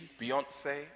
Beyonce